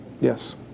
Yes